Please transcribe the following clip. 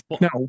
no